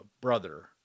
brother